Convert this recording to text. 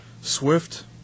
Swift